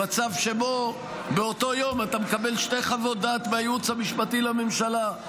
במצב שבו באותו יום אתה מקבל שתי חוות דעת מהייעוץ המשפטי לממשלה,